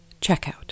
Checkout